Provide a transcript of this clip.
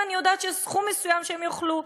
זה לא נכון.